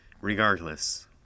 Regardless